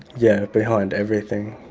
yeah, behind everything.